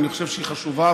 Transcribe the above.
אני חושב שהיא חשובה,